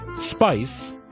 spice